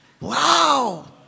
Wow